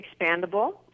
expandable